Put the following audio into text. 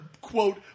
quote